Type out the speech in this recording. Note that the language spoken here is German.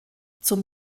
zum